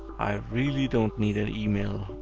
i really don't need an email